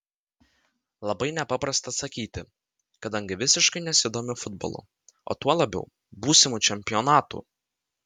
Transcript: labai nepaprasta atsakyti kadangi visiškai nesidomiu futbolu o tuo labiau būsimu čempionatu